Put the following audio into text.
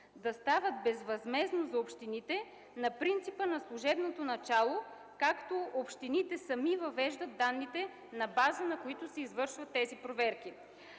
да стават безвъзмездно за общините на принципа на служебното начало, както общините сами въвеждат данните, на база на които се извършват тези проверки.